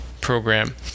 program